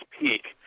peak